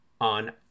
on